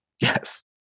Yes